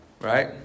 Right